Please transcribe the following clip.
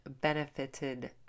benefited